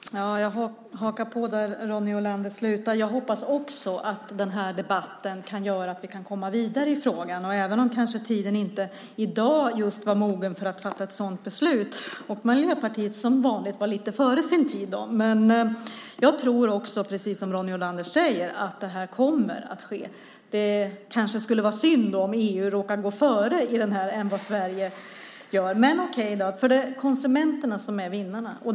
Herr talman! Jag hakar på där Ronny Olander slutar. Också jag hoppas att den här debatten kan göra att vi kan komma vidare i frågan, även om tiden kanske inte i dag var mogen för att fatta ett sådant beslut och Miljöpartiet som vanligt var lite före sin tid. Också jag tror att det kommer att ske, precis som Ronny Olander säger. Det kanske skulle vara synd om EU råkar gå före Sverige i den här frågan. Men det är okej. Det är konsumenterna som är vinnarna.